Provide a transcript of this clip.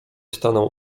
stanął